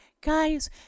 Guys